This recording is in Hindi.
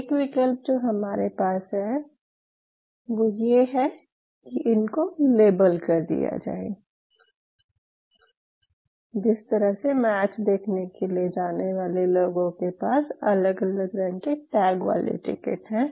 एक विकल्प जो हमारे पास है वो ये है कि इनको लेबल कर दिया जाए जिस तरह से मैच देखने के लिए जाने वाले लोगों के पास अलग अलग रंग के टैग वाले टिकट हैं